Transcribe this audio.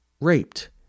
raped